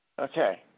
Okay